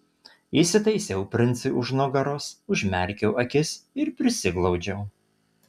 įsitaisiau princui už nugaros užmerkiau akis ir prisiglaudžiau